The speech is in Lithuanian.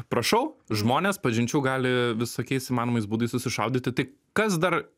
prašau žmonės pažinčių gali visokiais įmanomais būdais susišaudyti tai kas dar